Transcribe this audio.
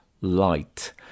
light